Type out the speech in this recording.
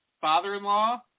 father-in-law